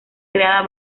creada